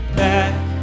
back